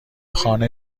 خانه